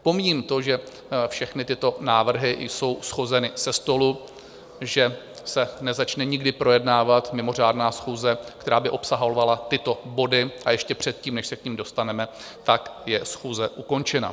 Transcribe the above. Pomíjím to, že všechny tyto návrhy jsou shozeny ze stolu, že se nezačne nikdy projednávat mimořádná schůze, která by obsahovala tyto body, a ještě předtím, než se k nim dostaneme, tak je schůze ukončena.